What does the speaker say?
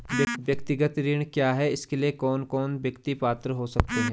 व्यक्तिगत ऋण क्या है इसके लिए कौन कौन व्यक्ति पात्र हो सकते हैं?